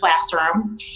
classroom